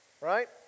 right